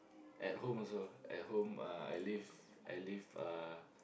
at home also at home uh I live I live uh